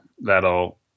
that'll